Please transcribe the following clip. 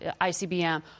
ICBM